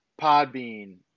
Podbean